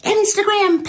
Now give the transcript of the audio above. Instagram